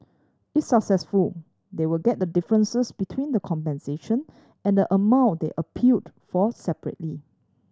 if successful they will get the differences between the compensation and the amount they appealed for separately